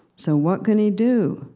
so, what can you do?